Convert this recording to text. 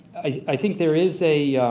i think there is a.